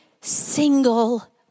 single